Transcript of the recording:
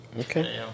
Okay